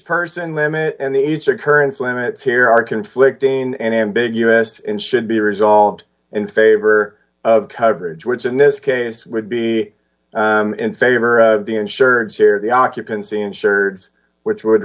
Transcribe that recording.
person limit and each occurrence limits here are conflicting and ambiguous in should be resolved in favor of coverage which in this case would be in favor of the insured share the occupancy insured which would